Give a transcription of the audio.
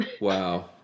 Wow